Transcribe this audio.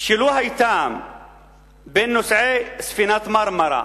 שלו היתה בין נוסעי ספינת "מרמרה"